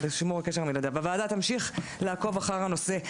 הוועדה תמשיך לעקוב אחר הנושא.